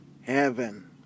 heaven